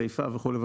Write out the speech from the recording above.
חיפה וכו'.